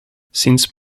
since